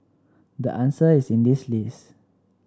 the answer is in this list